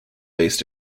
based